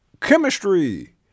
Chemistry